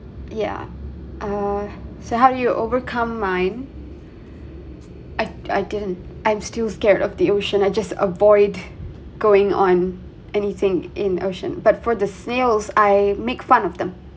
yeah uh so how do you overcome mine I I didn't I'm still scared of the ocean I just avoid going on anything in ocean but for the snails I make fun of them